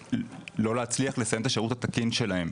באמת לא להצליח לסיים את השירות התקין שלהם.